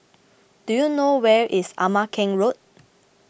do you know where is Ama Keng Road